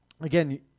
again